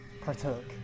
partook